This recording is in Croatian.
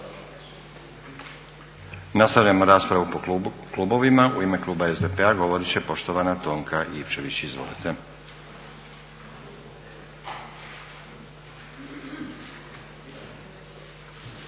Nastavljamo raspravu po klubovima. U ime kluba SDP-a, govorit će poštovana Tonka Ivčević. Izvolite.